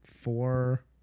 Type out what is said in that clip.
four